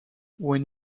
when